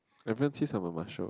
everyone says I'm a eh